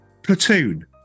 Platoon